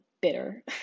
bitter